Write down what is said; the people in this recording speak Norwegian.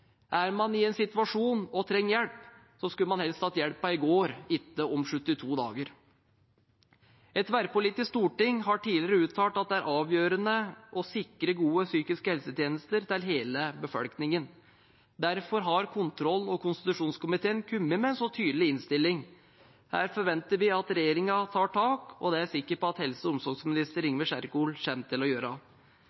Er man i en situasjon der man trenger hjelp, skulle man helst hatt hjelpen i går, ikke om 72 dager. Et tverrpolitisk storting har tidligere uttalt at det er avgjørende å sikre gode psykiske helsetjenester til hele befolkningen. Derfor har kontroll- og konstitusjonskomiteen kommet med en så tydelig innstilling. Her forventer vi at regjeringen tar tak, og det er jeg sikker på at helse- og omsorgsminister